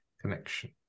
connection